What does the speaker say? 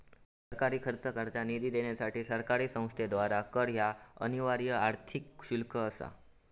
सरकारी खर्चाकरता निधी देण्यासाठी सरकारी संस्थेद्वारा कर ह्या अनिवार्य आर्थिक शुल्क असा